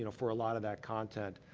you know for a lot of that content.